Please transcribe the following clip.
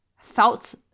felt